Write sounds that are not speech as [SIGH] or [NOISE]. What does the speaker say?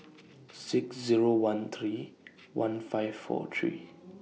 six Zero one three [NOISE] one five four three